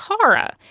Kara